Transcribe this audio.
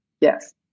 Yes